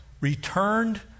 returned